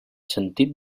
sentit